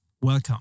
Welcome